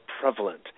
prevalent